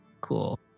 cool